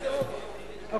סגן שר החינוך, אוקיי.